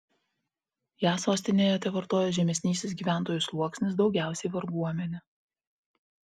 ją sostinėje tevartojo žemesnysis gyventojų sluoksnis daugiausiai varguomenė